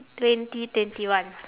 twenty twenty one